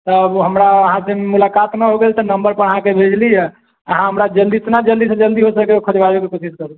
तब हमरा अहाँकेँ मुलाकात नहि हो गेल तऽ नम्बर अहाँक भेजली हँ अहाँ हमरा जितना जल्दीसँ जल्दी हो सके ओ खोजबाबैके कोशिश करू